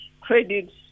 credits